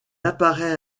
apparaît